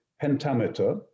pentameter